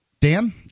Dan